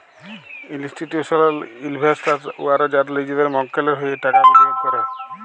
institutional investors উয়ারা যারা লিজেদের মক্কেলের হঁয়ে টাকা বিলিয়গ ক্যরে